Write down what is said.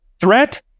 threat